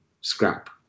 scrap